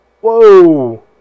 Whoa